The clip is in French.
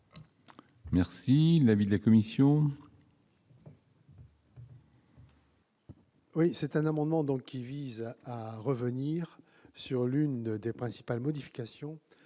est l'avis de la commission ? Cet amendement vise à revenir sur l'une des principales modifications